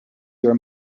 your